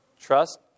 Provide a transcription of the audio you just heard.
Trust